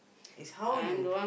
is how you